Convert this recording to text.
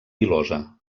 pilosa